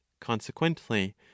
consequently